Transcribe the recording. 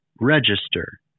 register